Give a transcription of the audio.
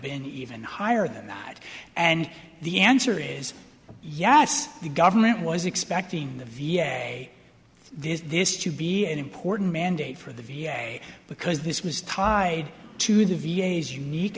been even higher than that and the answer is yes the government was expecting the v a there is this to be an important mandate for the v a because this was tied to the